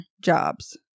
jobs